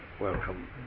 welcome